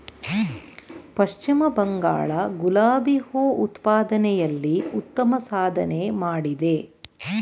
ಪಶ್ಚಿಮ ಬಂಗಾಳ ಗುಲಾಬಿ ಹೂ ಉತ್ಪಾದನೆಯಲ್ಲಿ ಉತ್ತಮ ಸಾಧನೆ ಮಾಡಿದೆ